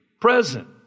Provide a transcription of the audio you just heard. present